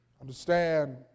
Understand